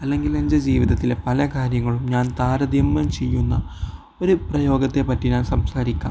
അല്ലെങ്കിൽ എൻ്റെ ജീവിതത്തിലെ പല കാര്യങ്ങളും ഞാൻ താരതമ്യം ചെയ്യുന്ന ഒരു പ്രയോഗത്തെപ്പറ്റി ഞാൻ സംസാരിക്കാം